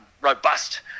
robust